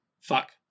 fuck